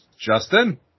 justin